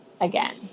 again